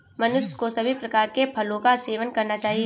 मनुष्य को सभी प्रकार के फलों का सेवन करना चाहिए